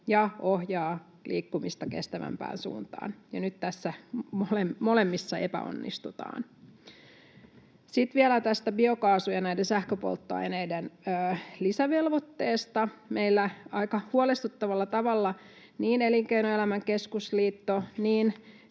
ja ohjaavat liikkumista kestävämpään suuntaan. Nyt näissä molemmissa epäonnistutaan. Sitten vielä tästä biokaasun ja näiden sähköpolttoaineiden lisävelvoitteesta: Meillä aika huolestuttavalla tavalla niin Elinkeinoelämän keskusliitosta,